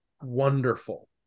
wonderful